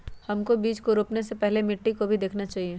हमको बीज को रोपने से पहले मिट्टी को भी देखना चाहिए?